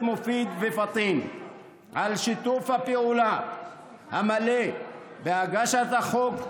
מופיד ופטין על שיתוף הפעולה המלא בהגשת החוק.